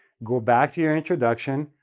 go back to your introduction,